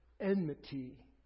enmity